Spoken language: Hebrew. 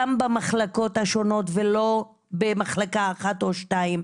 גם במחלקות השונות ולא במחלקה אחת או שתיים.